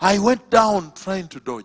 i went down trying to do